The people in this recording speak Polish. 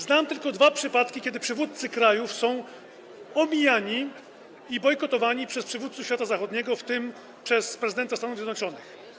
Znam tylko dwa przypadki, kiedy przywódcy krajów są omijani i bojkotowani przez przywódców świata zachodniego, w tym przez prezydenta Stanów Zjednoczonych.